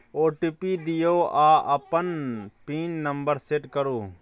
OTP दियौ आ अपन पिन नंबर सेट करु